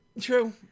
True